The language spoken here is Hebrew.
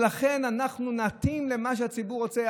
ולכן אנחנו נתאים למה שהציבור רוצה?